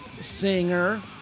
singer